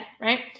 right